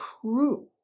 true